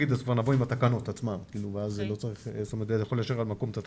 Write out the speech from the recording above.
אז כבר נבוא עם התקנות עצמן ואז אפשר לאשר על המקום את התקנות.